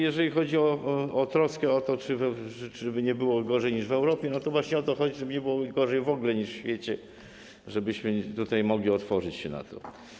Jeżeli chodzi o troskę o to, żeby nie było gorzej niż w Europie, to właśnie o to chodzi, żeby nie było gorzej w ogóle niż w świecie, żebyśmy tutaj mogli otworzyć się na to.